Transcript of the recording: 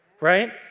right